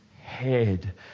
head